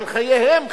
על חייהם,